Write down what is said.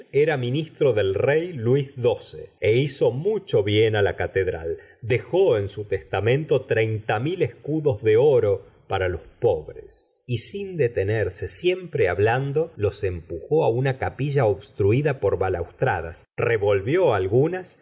era ministro del rey luis xii é hizo mucho bien á la catedral dejó en su testamento treinta mil escudos de oro para los pobres y sin detenerse siempre hablando los empujó á una capilla obstruida por balaustradas revolvió algunas